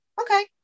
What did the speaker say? Okay